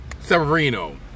Severino